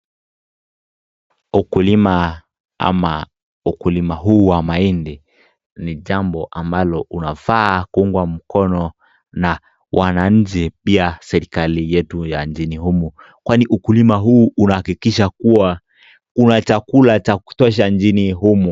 Ukulima, ama ukulima huu wa mahindi, ni jambo ambalo unafaa kuungwa mkono na wananchi pia serikali yetu ya nchini humu. Kwani ukulima huu unahakikisha kuwa kuna chakula cha kutosha nchini humu.